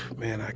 man, ah